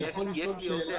אני יכול לשאול שאלה?